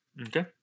Okay